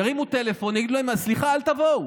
ירימו טלפון, יגידו להם: סליחה, אל תבואו,